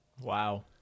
Wow